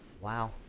wow